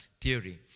theory